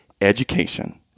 education